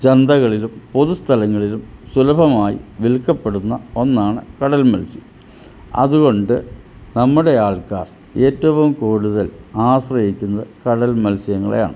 ചന്തകളിലും പൊതുസ്ഥലങ്ങളിലും സുലഭമായി വിൽക്കപ്പെടുന്ന ഒന്നാണ് കടൽ മത്സ്യങ്ങൾ അതുകൊണ്ട് നമ്മുടെ ആൾക്കാർ ഏറ്റവും കൂടുതൽ ആശ്രയിക്കുന്നത് കടൽ മത്സ്യങ്ങളെയാണ്